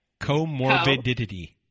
Comorbidity